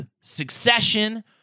Succession